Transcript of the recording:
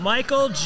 Michael